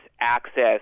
access